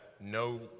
no